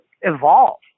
evolve